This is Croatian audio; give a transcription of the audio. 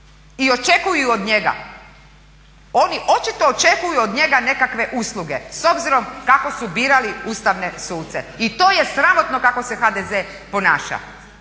I očekuju od njega. Oni očito očekuju od njega nekakve usluge s obzirom kako su birali ustavne suce. I to je sramotno kako se HDZ ponaša,